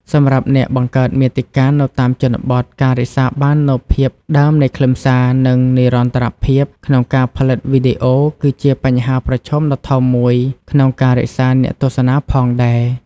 សម្រាប់អ្នកបង្កើតមាតិកានៅតាមជនបទ ការរក្សាបាននូវភាពដើមនៃខ្លឹមសារ និង និរន្តរភាពក្នុងការផលិតវីដេអូ គឺជាបញ្ហាប្រឈមដ៏ធំមួយក្នុងការរក្សាអ្នកទស្សនាផងដែរ។